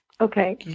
Okay